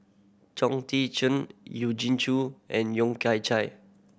Chong Tze Chien Eugene and Yeo Kian Chye